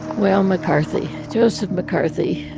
well, mccarthy joseph mccarthy